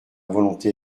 volonté